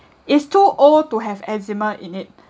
is too old to have eczema in it